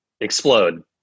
explode